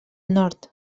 nord